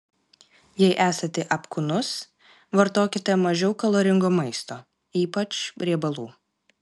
jei esate apkūnus vartokite mažiau kaloringo maisto ypač riebalų